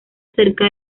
cerca